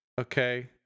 Okay